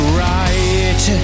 right